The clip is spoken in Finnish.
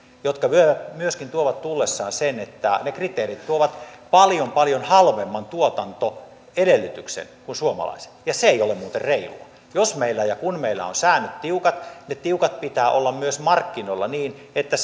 mikä myöskin tuo tullessaan sen että ne kriteerit tuovat paljon paljon halvemman tuotantoedellytyksen kuin suomalaiset ja se ei ole muuten reilua jos meillä ja kun meillä on säännöt tiukat niiden pitää olla tiukat myös markkinoilla niin että